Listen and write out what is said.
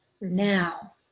now